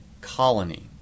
colony